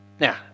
Now